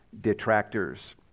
detractors